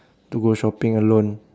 to go shopping alone